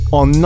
on